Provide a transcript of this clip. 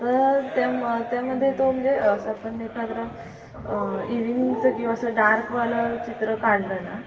तर त्याम् त्यामध्ये तो म्हणजे असा आपण एखादं इव्हिनिंगचं किंवा असं डार्कवालं चित्र काढलं ना